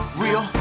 real